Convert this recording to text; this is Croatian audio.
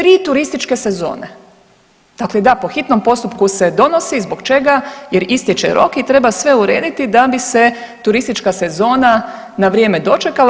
3 turističke sezone, dakle da, po hitnom postupku se donosi, zbog čega jer istječe rok i treba sve urediti da bi se turistička sezona na vrijeme dočekala.